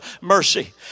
mercy